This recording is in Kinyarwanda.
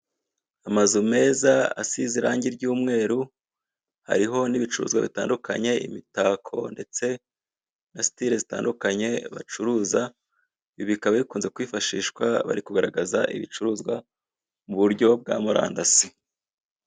Amazu meza asize irangi ry'umweru, hariho n'ibicuruzwa bitandukanye, imitako ndetse na sitile zitandukanye baguruza. Ibi bikaba bikunzwe kifashishwa bari kugaragaza ibicuruzwa mu buryo bwa murandasi.